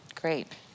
Great